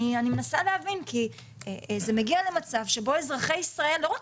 אני מנסה להבין כי זה מגיע למצב שאזרחי ישראל לא רק